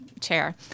Chair